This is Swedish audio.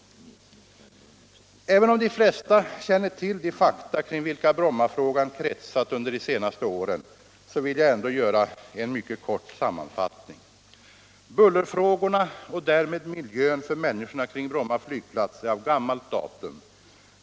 Även om de flesta känner till de fakta kring vilka Brommafrågan kretsat under de senaste åren, så vill jag ändå göra en kort sammanfattning. Bullerfrågorna och därmed miljön för människorna kring Bromma flygplats är av gammalt datum.